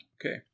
Okay